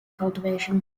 cultivation